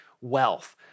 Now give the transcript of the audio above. wealth